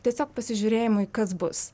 tiesiog pasižiūrėjimui kas bus